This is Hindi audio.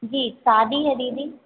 जी शादी है दीदी